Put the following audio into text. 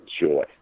joy